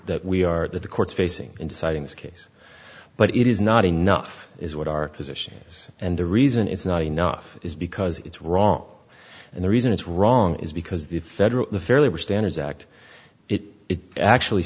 that we are the courts facing in deciding this case but it is not enough is what our position is and the reason it's not enough is because it's wrong and the reason it's wrong is because the federal the fairly or standards act it actually